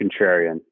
contrarian